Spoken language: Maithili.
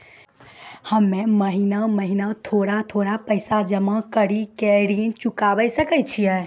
हम्मे महीना महीना थोड़ा थोड़ा पैसा जमा कड़ी के ऋण चुकाबै सकय छियै?